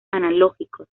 analógicos